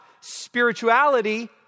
spirituality